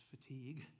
fatigue